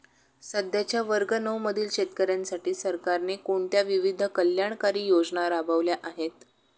सध्याच्या वर्ग नऊ मधील शेतकऱ्यांसाठी सरकारने कोणत्या विविध कल्याणकारी योजना राबवल्या आहेत?